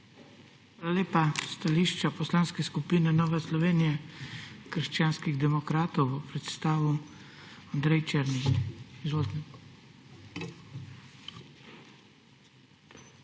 Hvala lepa. Stališče Poslanske skupine Nova Slovenija – krščanski demokrati bo predstavil Andrej Černigoj. Izvolite.